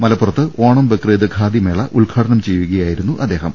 മലപ്പുറത്ത് ഓണം ബക്രീദ് ഖാദിമേള ഉദ്ഘാടനം ചെയ്യു കയായിരുന്നു അദ്ദേഹം